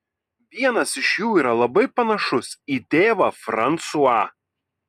vienas iš jų yra labai panašus į tėvą fransuą